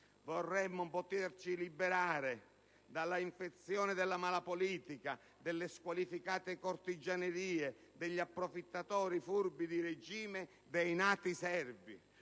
Vorremmo poterci liberare dalla infezione della mala politica, delle squalificate cortigianerie, degli approfittatori furbi di regime, dei nati servi.